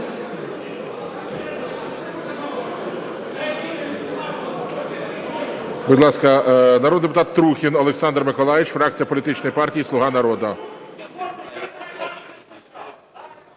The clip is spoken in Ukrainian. Будь ласка, народний депутат Трухін Олександр Миколайович, фракція політичної партії "Слуга народу".